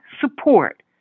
support